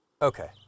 Okay